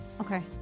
Okay